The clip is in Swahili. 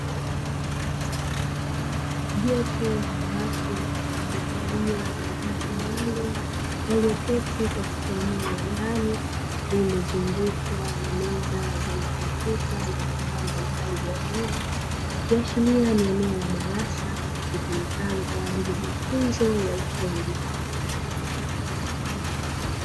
Jopo la watu waliovalia mavazi maalumu walioketi eneo la ndani lililozungukwa na meza zenye kompyuta na vifaa mbalimbali vya umeme, ikiashiria ni eneo la darasa litumikalo kwa mafunzo ya ufundi.